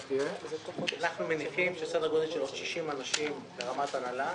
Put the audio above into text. אנחנו מניחים שסדר גודל של עוד 60 אנשים ברמת הנהלה,